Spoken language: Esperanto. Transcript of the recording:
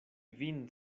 vin